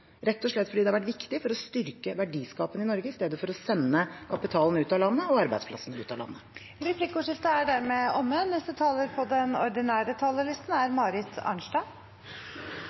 rett og slett fordi de har vært viktige for å styrke verdiskapingen i Norge, i stedet for å sende kapital og arbeidsplasser ut av landet. Replikkordskiftet er omme. Dette er tredje året på